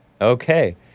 Okay